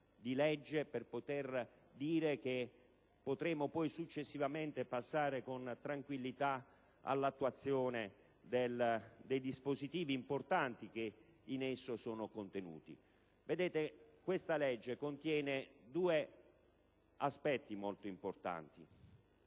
di legge per poter dire che potremo successivamente passare con tranquillità all'attuazione dei dispositivi importanti che in esso sono contenuti. Vedete, questa legge contiene due aspetti molto significativi.